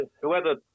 whoever